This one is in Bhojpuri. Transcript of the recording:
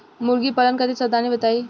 मुर्गी पालन खातिर सावधानी बताई?